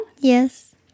Yes